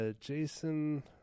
jason